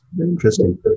Interesting